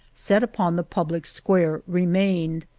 set upon the public square, remained.